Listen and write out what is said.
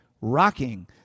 rocking